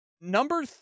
number